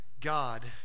God